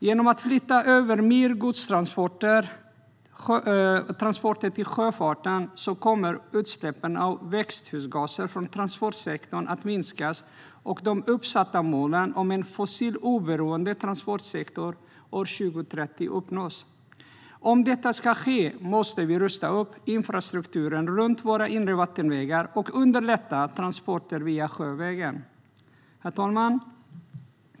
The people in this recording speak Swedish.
Genom att flytta över mer godstransporter till sjöfarten kommer utsläppen av växthusgaser från transportsektorn att minska, och de uppsatta målen om en fossiloberoende transportsektor år 2030 kommer att uppnås. Om detta ska ske måste vi rusta upp infrastrukturen runt våra inre vattenvägar och underlätta transporter sjövägen. Herr talman!